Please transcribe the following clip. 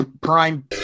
prime